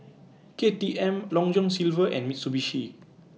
K T M Long John Silver and Mitsubishi